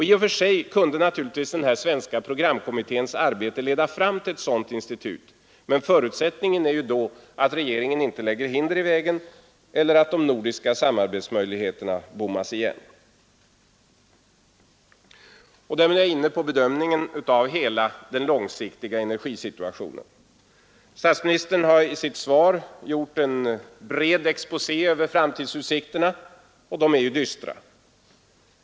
I och för sig kunde naturligtvis den svenska programkommitténs arbete leda fram till ett sådant institut, men förutsättningen är då att regeringen inte lägger hinder i vägen eller att de nordiska samarbetsmöjligheterna bommas igen. Därmed är jag inne på bedömningen av hela den långsiktiga energisituationen. Statsministern har i sitt svar gjort en bred exposé över framtidsutsikterna, och de är ju rätt dystra.